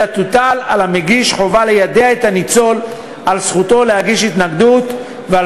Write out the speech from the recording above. אלא תוטל על המגיש חובה להודיע לניצול על זכותו להגיש התנגדות ועל